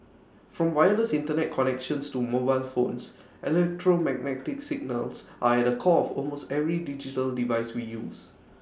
from wireless Internet connections to mobile phones electromagnetic signals are at the core of almost every digital device we use